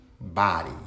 body